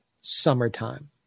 Summertime